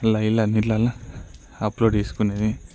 లైవ్ల అన్నిటిలల్లో అప్లోడ్ చేసుకునేది